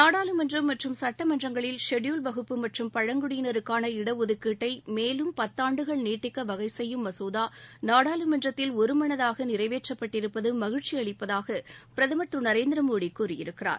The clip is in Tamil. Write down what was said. நாடாளுமன்றம் மற்றும் சட்டமன்றங்களில் ஷெடியூல்ட் வகுப்பு மற்றும் பழங்குடியினருக்கான இடஒதுக்கீட்டை மேலும் பத்தாண்டுகள் நீட்டிக்க வகைசெய்யும் மசோதா நாடாளுமன்றத்தில் ஒருமனதாக நிறைவேற்றப்பட்டிருப்பது மகிழ்ச்சியளிப்பதாக பிரதம் திரு நரேந்திர மோடி கூறியிருக்கிறார்